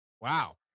wow